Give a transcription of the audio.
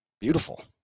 Beautiful